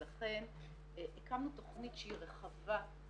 סליחה שאני אומר אבל המילה אוזלת יד של הפרקליטות היא רחוקה כרחוק